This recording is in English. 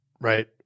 right